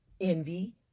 envy